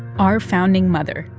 our founding mother,